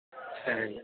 சரிங்க